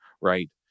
right